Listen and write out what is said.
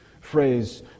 phrase